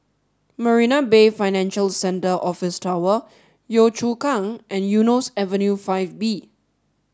Marina Bay Financial Centre Office Tower Yio Chu Kang and Eunos Avenue Five B